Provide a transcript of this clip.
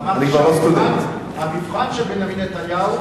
אמרתי שהמבחן של בנימין נתניהו,